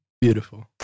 Beautiful